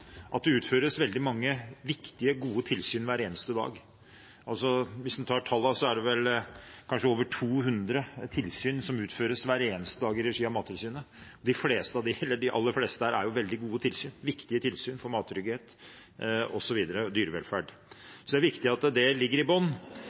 at det utføres veldig mange viktige og gode tilsyn hver eneste dag. Hvis man ser på tallene, er det kanskje over 200 tilsyn som utføres hver eneste dag i regi av Mattilsynet, og de aller fleste av disse er veldig gode tilsyn og viktige tilsyn for mattrygghet og dyrevelferd.